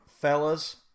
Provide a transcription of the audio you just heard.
Fellas